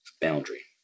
boundary